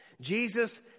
Jesus